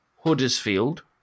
Huddersfield